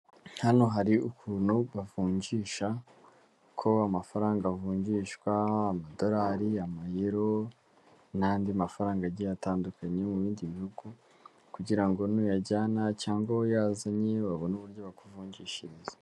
Hano hari ukuntu bavunjisha, uko amafaranga avunjishwa; amadolari, amayero n'andi mafaranga agiye atandukanye mu bindi bihugu, kugira ngo nuyajyana cyangwa uyazanye babone uburyo bakuvunjishiriza.